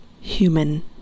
human